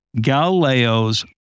Galileo's